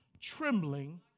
trembling